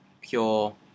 pure